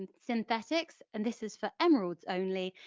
and synthetics, and this is for emeralds only,